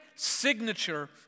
Signature